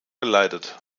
geleitet